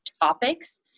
topics